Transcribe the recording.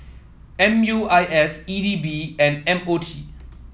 M U I S E D B and M O T